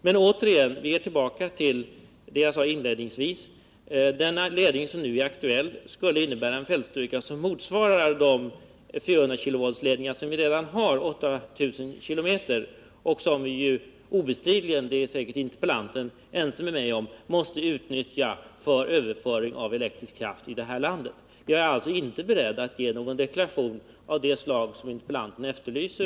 Och jag är tillbaka till det jag sade inledningsvis: Den ledning som nu är aktuell skulle innebära en fältstyrka som motsvarar de 400-kV-ledningar som vi redan har 8 000 km av och som vi obestridligen — det är säkert interpellanten ense med mig om — måste utnyttja för överföring av elektrisk kraft i det här landet. Jag är alltså inte beredd att avge någon deklaration av det slag som interpellanten efterlyser.